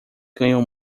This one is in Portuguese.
ganhou